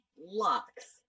Lux